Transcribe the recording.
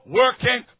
working